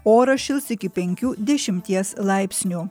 oras šils iki penkių dešimties laipsnių